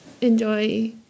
enjoy